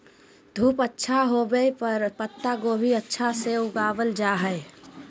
धूप अच्छा होवय पर पत्ता गोभी अच्छा से उगावल जा हय